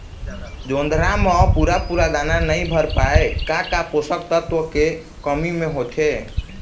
जोंधरा म पूरा पूरा दाना नई भर पाए का का पोषक तत्व के कमी मे होथे?